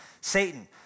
Satan